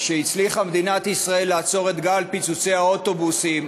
שבה הצליחה מדינת ישראל לעצור את גל פיצוצי האוטובוסים